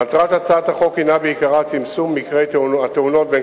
מטרת הצעת החוק היא בעיקרה צמצום מקרי התאונות בין